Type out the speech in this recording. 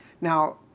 Now